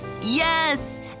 Yes